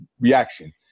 reaction